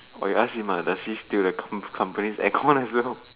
or you ask him ah does he steal the company the company's air con also